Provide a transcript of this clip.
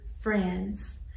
friends